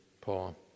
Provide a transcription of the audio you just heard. Paul